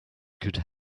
could